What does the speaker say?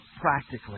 Practically